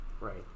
Right